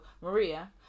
Maria